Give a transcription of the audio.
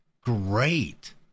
great